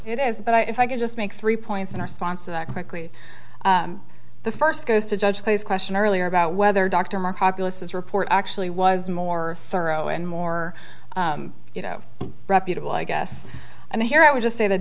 it is but i if i could just make three points in our sponsor that quickly the first goes to judge please question earlier about whether dr mark populaces report actually was more thorough and more you know reputable i guess and here i would just say th